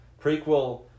Prequel